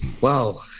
Wow